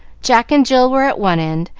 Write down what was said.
jack and jill were at one end,